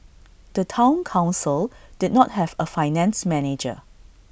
the Town Council did not have A finance manager